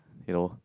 you know